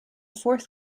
fourth